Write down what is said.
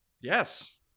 Yes